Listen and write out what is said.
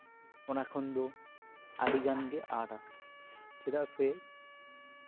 ᱚᱱᱟ ᱠᱷᱚᱱ ᱫᱚ ᱟᱹᱰᱤᱜᱟᱱ ᱜᱮ ᱟᱸᱴᱼᱟ ᱪᱮᱫᱟᱜ ᱥᱮ